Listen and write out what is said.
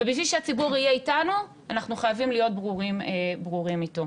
בשביל שהציבור יהיה איתנו אנחנו חייבים להיות ברורים איתו.